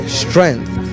strength